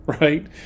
right